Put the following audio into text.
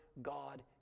God